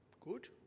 Good